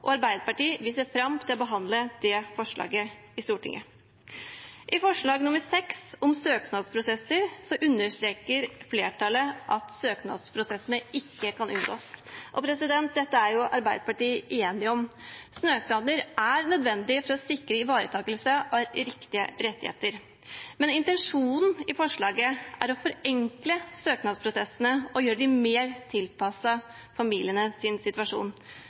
Arbeiderpartiet ser fram til å behandle det forslaget i Stortinget. I forslag nr. 6, om søknadsprosesser, understreker flertallet at søknadsprosessene ikke kan unngås. Dette er Arbeiderpartiet enig i. Søknader er nødvendig for å sikre ivaretakelse av riktige rettigheter, men intensjonen i forslaget er å forenkle søknadsprosessene og gjøre dem mer tilpasset familienes situasjon.